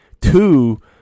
two